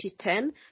2010